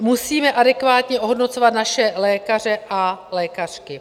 Musíme adekvátně ohodnocovat naše lékaře a lékařky.